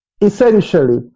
Essentially